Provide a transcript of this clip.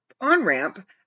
on-ramp